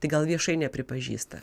tai gal viešai nepripažįsta